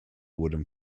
wooden